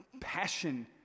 passion